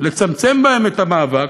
לצמצם בהם את המאבק,